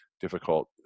difficult